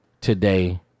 today